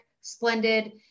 splendid